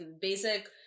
basic